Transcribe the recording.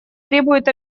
требует